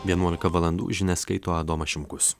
vienuolika valandų žinias skaito adomas šimkus